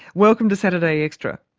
welcome to saturday extra.